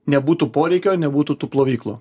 nebūtų poreikio nebūtų tų plovyklų